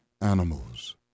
animals